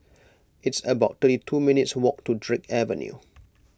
it's about thirty two minutes' walk to Drake Avenue